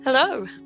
Hello